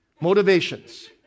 Motivations